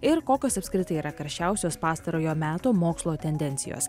ir kokios apskritai yra karščiausios pastarojo meto mokslo tendencijos